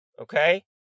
Okay